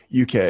UK